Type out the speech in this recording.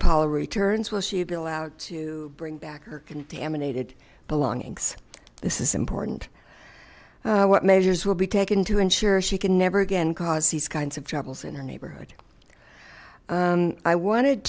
paula returns will she be allowed to bring back her contaminated belongings this is important what measures will be taken to ensure she can never again cause these kinds of troubles in her neighborhood i wanted